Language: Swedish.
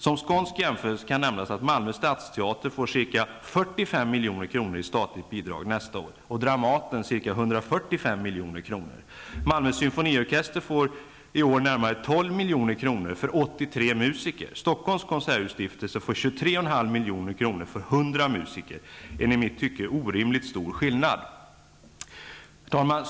Som skånsk jämförelse kan nämnas att Malmö Stadsteater får ca 45 milj.kr. i statligt bidrag nästa år och Dramaten ca 145 milj.kr. Malmö Symfoniorkester får i år närmare 12 milj.kr. för 83 23,5 milj.kr. för 100 musiker. Det är en i mitt tycke orimligt stor skillnad. Herr talman!